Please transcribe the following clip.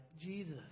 Jesus